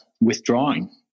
withdrawing